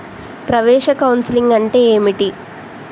ప్రవేశ కౌన్సెలింగ్ అంటే ఏమిటి?